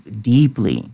deeply